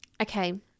okay